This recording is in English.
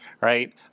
right